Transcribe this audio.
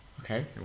Okay